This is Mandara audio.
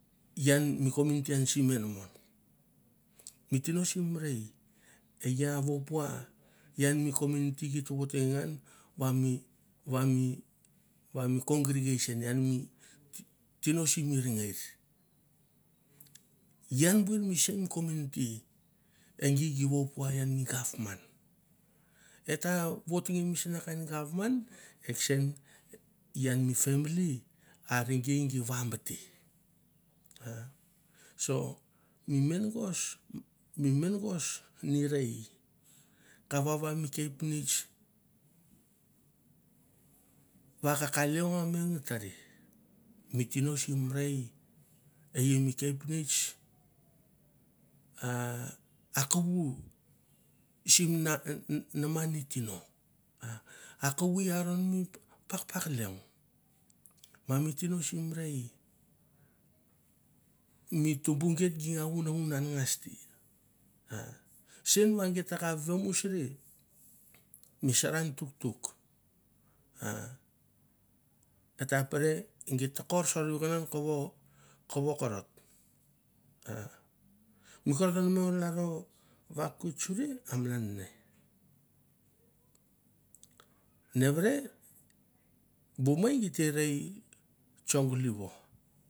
Ian mi kominiti ian sim enamon, mi tino sim rei e i a vopua ian mi kominiti gi ta votangia ngan va mi va mi va mi congregation ian mi tino simi rengeir. Ian ber mi same kominiti e gi gi vopua ian mi gapman. E ta votangia misna kain gapman e kesen ian mi family are gi gi vambate. So mi mengos, mi mengos ni rei, kavava mi kepnets va ka ka leong ang me tere, mi tino sim rei e i mi kepnets a kuvu sim namani tino, ah a kuvu i aron mi pakpak leong, va mi tino sim rei mi tumbu geit gi nga vuna vunan ngas te, ah sen va geit ta kap vamusria mi serem tuktuk ah et ta pere geit ta kor sorvekinan kovo korot, mi korot nemei o lalro vakoit suri a malan ne, nevere bu mei gi te rei tsangalivo.